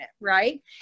right